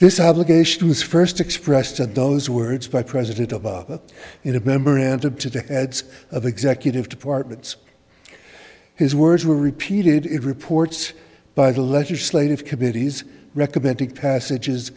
this obligation first expressed at those words by president obama in a member and to the heads of executive departments his words were repeated it reports by the legislative committees recommended passages